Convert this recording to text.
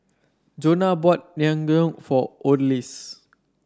Jonah bought Naengmyeon for Odalys